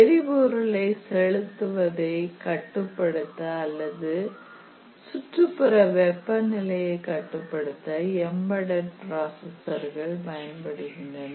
எரிபொருளை செலுத்துவதை கட்டுப்படுத்த அல்லது சுற்றுப்புற வெப்பநிலையை கட்டுபடுத்த எம்பெட்டெட் ப்ரா ஸர்கள் பயன்படுகின்றன